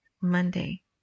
Monday